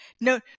no